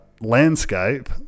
landscape